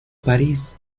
parís